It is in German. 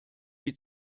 die